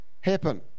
happen